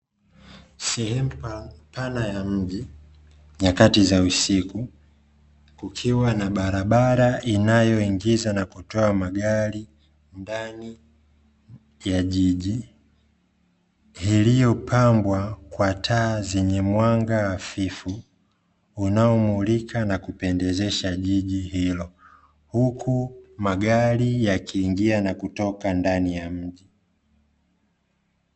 Sehemu pana ya mji nyakati za usiku, kukiwa na barabara inayoingiza na kutoa magari ndani ya jiji, iliyo pambwa kwa taa zenye mwanga hafifu unaomulika na kupendezesha jiji hilo, huku magari yakiingia na kutoka ndani ya mji.